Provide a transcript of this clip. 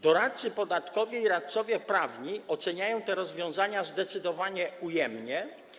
Doradcy podatkowi i radcowie prawni oceniają te rozwiązania zdecydowanie ujemnie.